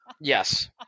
Yes